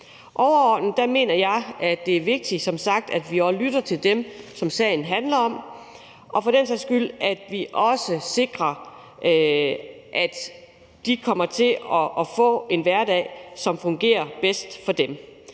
Overordnet mener jeg, at det som sagt er vigtigt, at vi også lytter til dem, som sagen handler om, og at vi for den sags skyld også sikrer, at de kommer til at få en hverdag, som fungerer bedst for dem.